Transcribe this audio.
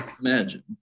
Imagine